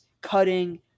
cutting